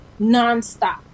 nonstop